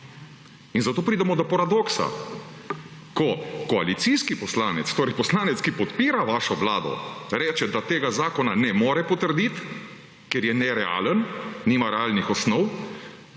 In zato pridemo do paradoksa. Ko koalicijski poslanec, torej poslanec, ki podpira vašo vlado, reče, da tega zakona ne more potrditi, ker je nerealen, nima realnih osnov,